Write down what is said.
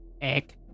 egg